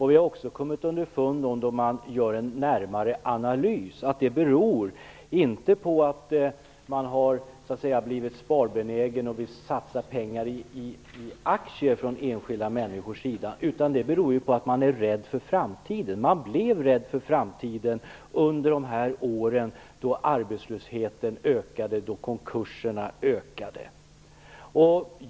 Vi har också genom en närmare analys kommit underfund med att det inte beror på att enskilda människor har blivit sparbenägna och vill satsa pengar i aktier utan att det beror på att man är rädd för framtiden. Man blev rädd för framtiden under de år då arbetslösheten ökade och konkurserna ökade.